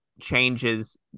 changes